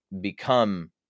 become